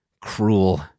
cruel